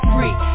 Free